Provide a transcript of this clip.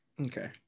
okay